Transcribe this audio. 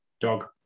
Dog